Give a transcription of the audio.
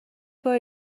بار